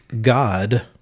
god